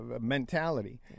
mentality